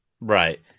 Right